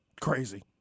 Crazy